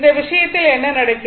இந்த விஷயத்தில் என்ன நடக்கிறது